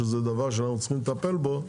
שזה דבר שאנחנו צריכים לטפל בו,